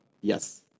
Yes